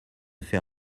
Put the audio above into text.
fait